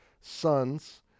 sons